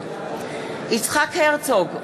יצחק הרצוג,